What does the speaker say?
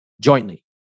jointly